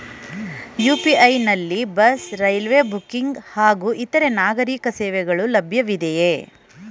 UPI ನಲ್ಲಿ bus, railway booking ಹಾಗೂ ಇತರೆ ನಾಗರೀಕ ಸೇವೆಗಳು ಲಭ್ಯವಿದೆಯೇ?